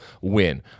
win